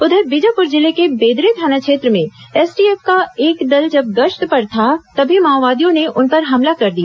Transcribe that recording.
उधर बीजापुर जिले के बेदरे थाना क्षेत्र में एसटीएफ का एक दल जब गश्त पर था तभी माओवादियों ने उन पर हमला कर दिया